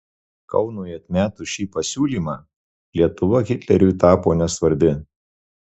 kaunui atmetus šį pasiūlymą lietuva hitleriui tapo nesvarbi